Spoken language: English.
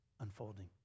unfolding